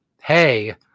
hey